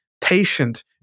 patient